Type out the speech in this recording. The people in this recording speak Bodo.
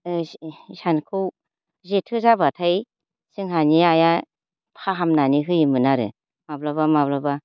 हिसानखौ जेथो जाबाथाय जोंहानि आइआ फाहामनानै होयोमोन आरो माब्लाबा माब्लाबा